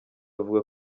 avuga